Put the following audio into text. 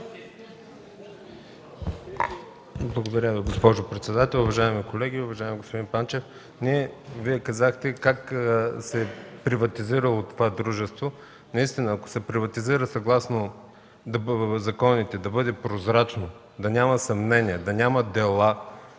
Благодаря Ви, госпожо председател. Уважаеми колеги! Уважаеми господин Панчев, казахте как се е приватизирало това дружество. Наистина, ако се приватизира съгласно законите – да бъде прозрачно, да няма съмнение, да няма дела,